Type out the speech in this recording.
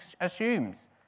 assumes